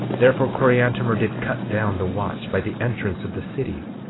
therefore coriantumr did cut down the watch by the entrance of the city,